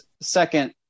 second